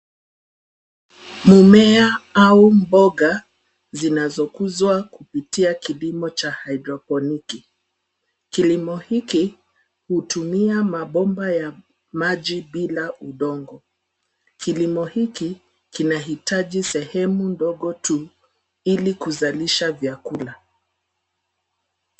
Mmea au mboga zinazokuzwa kupitia kilimo cha hydroponic . Kilimo hiki hutumia mabomba ya maji bila udongo. Kilimo hiki kinahitaji sehemu ndogo tu ili kuzalisha vyakula.